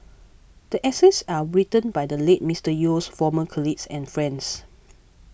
the essays are written by the late Mister Yeo's former colleagues and friends